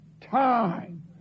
time